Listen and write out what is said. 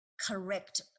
correct